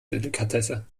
delikatesse